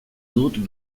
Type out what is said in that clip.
dut